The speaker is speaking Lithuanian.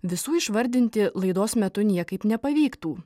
visų išvardinti laidos metu niekaip nepavyktų